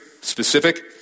specific